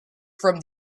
from